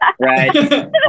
Right